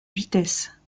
vitesses